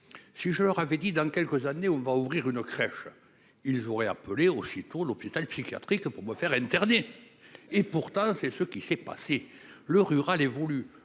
si je leur avais dit dans quelques années, on ne va ouvrir une crèche, ils auraient appelé aussitôt l'hôpital psychiatrique pour me faire interdit et pourtant c'est ce qui s'est passé le rural et